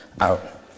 out